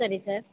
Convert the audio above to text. சரி சார்